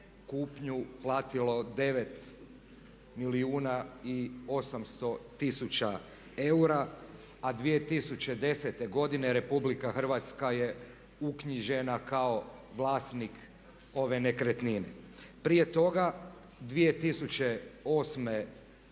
kupnju platilo 9 milijuna i 800 tisuća eura, a 2010. godine RH je uknjižena kao vlasnik ove nekretnine. Prije toga 2008. godine